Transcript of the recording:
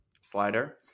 slider